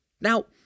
Now